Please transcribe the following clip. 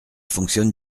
fonctionne